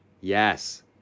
Yes